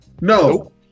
No